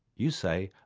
you say,